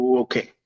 okay